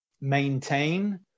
maintain